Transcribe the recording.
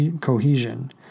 cohesion